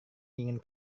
ingin